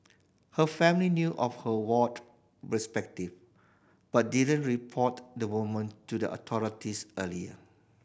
her family knew of her warped perspective but didn't report the woman to the authorities earlier